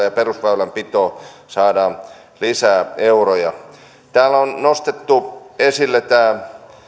ja perusväylänpitoon saadaan lisää euroja täällä on nostettu esille tämä